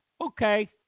Okay